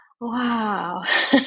wow